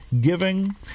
giving